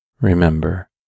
Remember